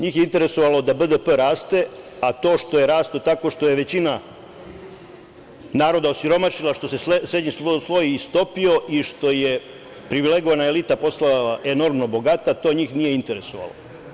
Njih je interesovalo da BDP raste, a to što je rastao tako što je većina naroda osiromašila, što se srednji sloj istopio i što je privilegovana elita postala enormno bogata, to njih nije interesovalo.